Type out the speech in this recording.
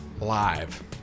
live